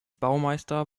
baumeister